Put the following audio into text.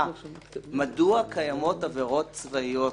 זה יותאם לפרקי הזמן שלכם.